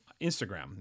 Instagram